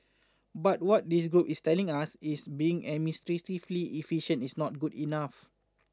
but what this group is telling us is being administratively efficient is not good enough